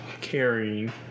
carrying